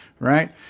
Right